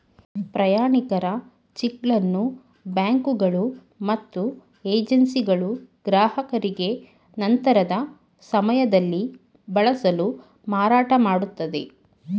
ಪ್ರಯಾಣಿಕರ ಚಿಕ್ಗಳನ್ನು ಬ್ಯಾಂಕುಗಳು ಮತ್ತು ಏಜೆನ್ಸಿಗಳು ಗ್ರಾಹಕರಿಗೆ ನಂತರದ ಸಮಯದಲ್ಲಿ ಬಳಸಲು ಮಾರಾಟಮಾಡುತ್ತದೆ